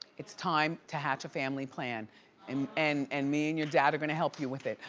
it's time to hatch a family plan um and and me and your dad are gonna help you with it.